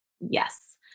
Yes